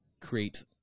create